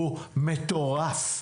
הוא מטורף.